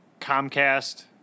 Comcast